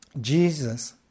Jesus